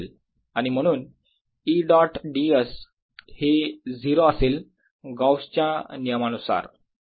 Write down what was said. आणि म्हणून E dot ds हे 0 असेल गौस च्या नियमानुसार Gauss's law